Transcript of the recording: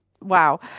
wow